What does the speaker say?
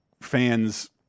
fans